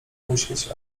musieć